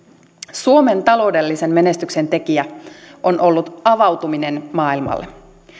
suomen taloudellisen menestyksen tekijä on ollut avautuminen maailmalle